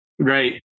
Right